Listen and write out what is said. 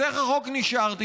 אז איך החוק נשאר?